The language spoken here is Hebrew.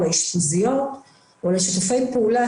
לאשפוזיות ולשיתופי הפעולה,